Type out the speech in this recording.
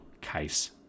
case